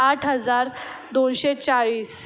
आठ हजार दोनशे चाळीस